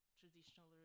traditional